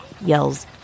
yells